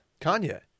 Kanye